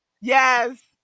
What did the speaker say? yes